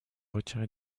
retiré